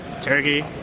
turkey